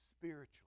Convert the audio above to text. spiritually